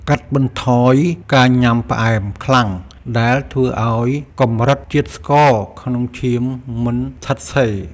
កាត់បន្ថយការញ៉ាំផ្អែមខ្លាំង ដែលធ្វើឱ្យកម្រិតជាតិស្ករក្នុងឈាមមិនស្ថិតស្ថេរ។